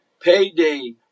payday